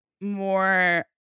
more